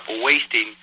wasting